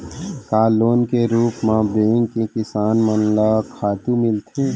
का लोन के रूप मा बैंक से किसान मन ला खातू मिलथे?